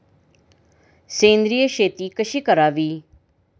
सेंद्रिय शेती कशी करावी?